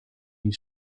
jej